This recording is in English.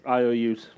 IOUs